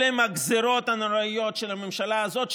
אלה הגזרות הנוראיות של הממשלה הזאת.